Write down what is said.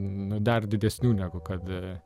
nu dar didesnių negu kad